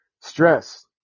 stress